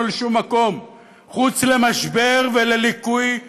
לשום מקום חוץ מלמשבר ולליקוי מאורות.